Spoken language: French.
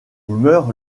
meurt